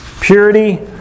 Purity